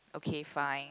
okay fine